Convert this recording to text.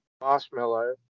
marshmallow